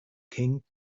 king